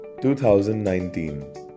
2019